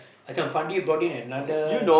that time Fandi brought in another